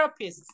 therapists